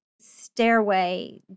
stairway